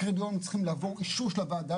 הקריטריונים צריכים לעבור אישור של הוועדה